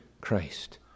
Christ